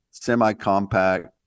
semi-compact